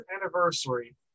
anniversary